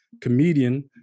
comedian